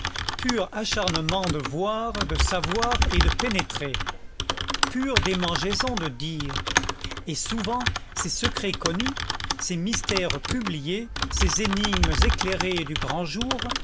pur acharnement de voir de savoir et de pénétrer pure démangeaison de dire et souvent ces secrets connus ces mystères publiés ces énigmes éclairées du grand jour